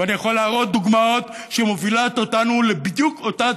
ואני יכול להראות דוגמאות שמובילות אותנו בדיוק לאותה